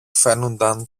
φαίνουνταν